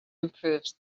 improves